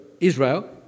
Israel